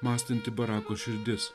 mąstanti barako širdis